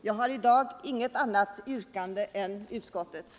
Jag har i dag inget annat yrkande än utskottets.